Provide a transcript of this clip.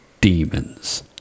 demons